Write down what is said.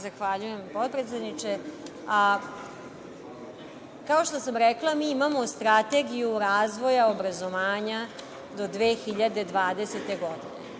Zahvaljujem, potpredsedniče. Kao što sam rekla, mi imamo strategiju razvoja obrazovanja do 2020. godine.